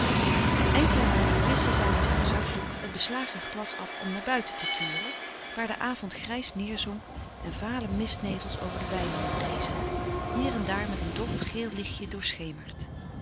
eene enkele maal wischte zij met heur zakdoek het beslagen glas af om naar buiten te turen waar de avond grijs neêrzonk en vale mistnevels over de weilanden gleden hier en daar met een dof geel lichtje doorschemerd